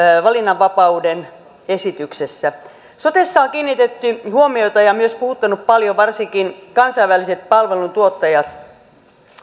valinnanvapauden esityksessä sotessa on kiinnitetty huomiota ja myös puhuttanut paljon varsinkin kansainväliset palveluntuottajat